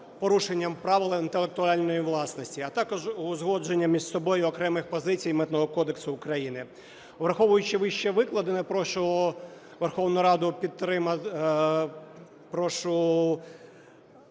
порушенням прав інтелектуальної власності, а також узгодження між собою окремих позицій Митного кодексу України. Враховуючи вищевикладене, прошу Верховну Раду підтримати... прошу